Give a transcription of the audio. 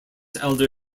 elder